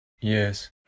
Yes